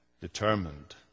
determined